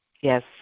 Yes